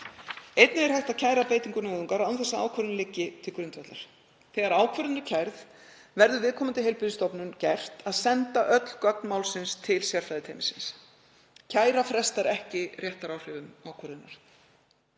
Einnig er hægt að kæra beitingu nauðungar án þess að ákvörðun liggi til grundvallar. Þegar ákvörðun er kærð skal viðkomandi heilbrigðisstofnun senda öll gögn málsins til sérfræðiteymisins. Kæra frestar ekki réttaráhrifum ákvörðunar.